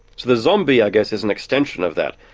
the zombie, i guess, is an extension of that.